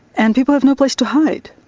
and people have no place to hide.